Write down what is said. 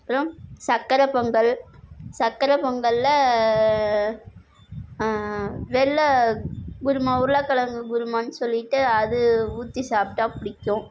அப்புறம் சக்கரை பொங்கல் சக்கரை பொங்கலில் வெள்ளை குருமா உருளைக்கெழங்கு குருமான்னு சொல்லிட்டு அது ஊற்றி சாப்பிட்டா பிடிக்கும்